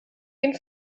den